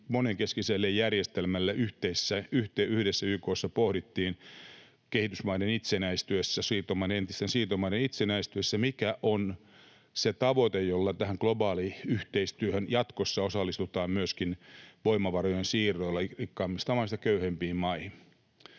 monenkeskiselle järjestelmälle, yhdessä YK:ssa pohdittiin kehitysmaiden itsenäistyessä, entisten siirtomaiden itsenäistyessä, mikä on se tavoite, jolla tähän globaaliyhteistyöhön jatkossa osallistutaan myöskin voimavarojen siirroilla rikkaammista maista köyhempiin maihin.